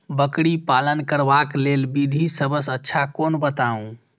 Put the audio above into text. बकरी पालन करबाक लेल विधि सबसँ अच्छा कोन बताउ?